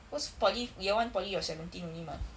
cause poly year one poly you're seventeen only mah